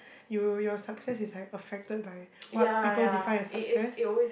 you your success is like affected by what people define as success